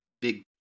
big